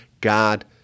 God